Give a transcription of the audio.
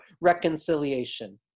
reconciliation